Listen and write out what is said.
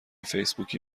فیسبوکی